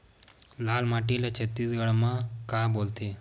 लाल माटी ला छत्तीसगढ़ी मा का बोलथे?